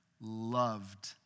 loved